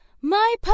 My